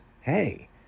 Hey